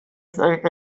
think